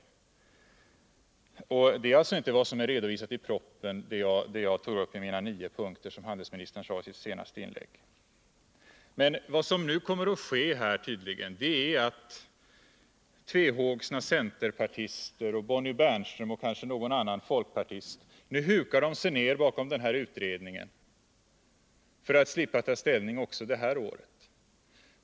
Det jag tog upp i mina nio punkter är alltså inte vad som är redovisat i propositionen, vilket handelsministern sade i sitt senaste inlägg. Vad som nu kommer att ske är att tvehågsna centerpartister samt Bonnie Bernström och kanske någon annan folkpartist hukar sig bakom denna utredning för att inte heller i år behöva ta ställning.